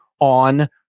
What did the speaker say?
on